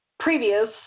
previous